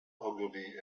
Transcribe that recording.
ogilvy